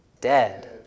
dead